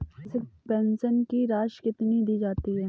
मासिक पेंशन की राशि कितनी दी जाती है?